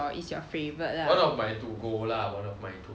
one of mine to go lah one of my t~ to go